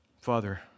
Father